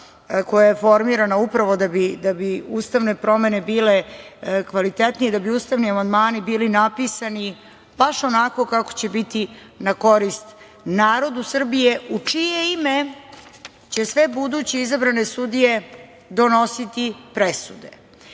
koja je formirana upravo da bi ustavne promene bile kvalitetnije i da bi ustavni amandmani bili napisani baš onako kako će biti na korist narodu Srbije, u čije ime će sve buduće izbrane sudije donositi presude,